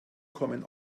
kommen